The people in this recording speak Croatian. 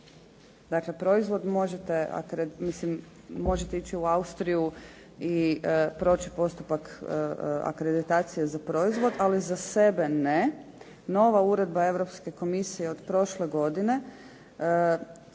dakle proizvod možete, mislim možete ići u Austriju i proći postupak akreditacije za proizvod, ali za sebe ne. Nova uredba Europske komisije od prošle godine